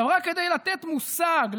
רק כדי לתת מושג,